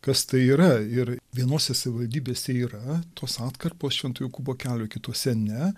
kas tai yra ir vienose savivaldybėse yra tos atkarpos švento jokūbo kelio kitose ne